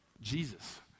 Jesus